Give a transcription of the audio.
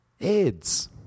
AIDS